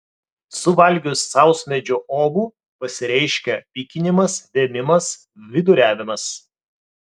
suvalgius sausmedžio uogų pasireiškia pykinimas vėmimas viduriavimas